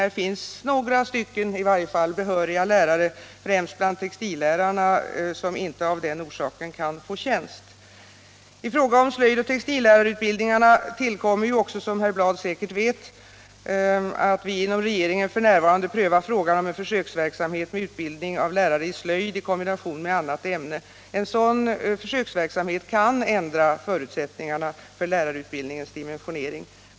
Det finns i varje fall några behöriga lärare, främst bland textillärarna, som på grund av sådan bundenhet inte kan få tjänst. I fråga om slöjdoch textillärarutbildningarna tillkommer också, som herr Bladh säkerligen vet, att vi inom regeringen f. n. prövar frågan om en försöksverksamhet med utbildning av lärare i slöjd i kombination med annat ämne. En sådan försöksverksamhet kan ändra förutsättningarna för lärarutbildningens dimensionering.